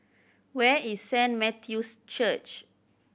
where is Saint Matthew's Church